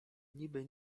niby